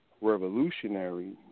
revolutionary